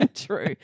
True